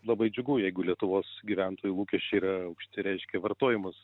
labai džiugu jeigu lietuvos gyventojų lūkesčiai yra aukšti reiškia vartojimas